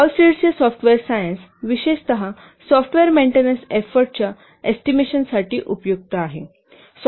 हॉलस्टिडचे software science विशेषत software maintenance एफोर्टच्या एस्टिमेशनसाठी उपयुक्त आहे